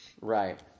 Right